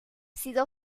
sido